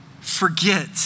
forget